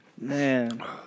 man